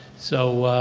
so,